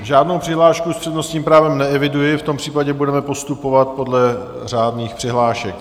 Žádnou přihlášku s přednostním právem neeviduji, v tom případě budeme postupovat podle řádných přihlášek.